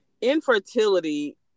infertility